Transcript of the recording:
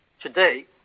Today